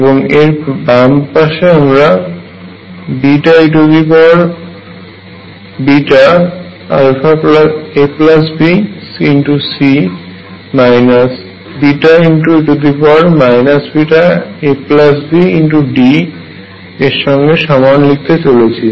এবং এর বাম পাশে আমরা eabC βe βabD এর সঙ্গে সমান লিখতে চলেছি